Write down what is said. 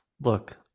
look